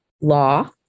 law